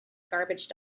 garbage